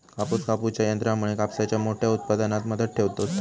कापूस कापूच्या यंत्रामुळे कापसाच्या मोठ्या उत्पादनात मदत होता